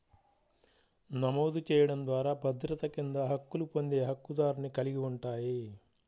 నమోదు చేయడం ద్వారా భద్రత కింద హక్కులు పొందే హక్కుదారుని కలిగి ఉంటాయి,